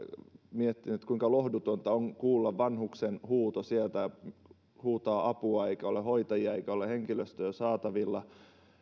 miettinyt kuinka lohdutonta on kuulla vanhuksen huuto sieltä huutaa apua eikä ole hoitajia eikä ole henkilöstöä saatavilla